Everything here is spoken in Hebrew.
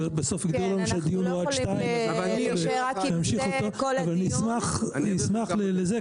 אבל נשמח לזה,